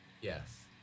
Yes